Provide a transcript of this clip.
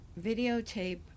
videotape